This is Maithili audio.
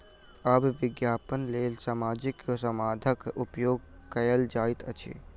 आब विज्ञापनक लेल सामाजिक माध्यमक उपयोग कयल जाइत अछि